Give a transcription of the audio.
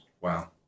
Wow